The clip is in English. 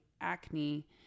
acne